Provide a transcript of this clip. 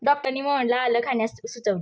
डॉक्टरांनी मोहनला आलं खाण्यास सुचविले